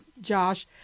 Josh